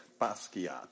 Basquiat